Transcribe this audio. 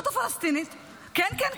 כן,